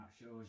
shows